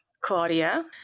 Claudia